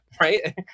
Right